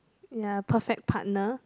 ya a perfect partner